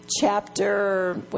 chapter